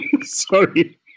Sorry